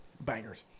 bangers